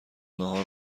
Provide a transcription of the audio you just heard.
ناهار